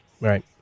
Right